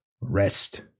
rest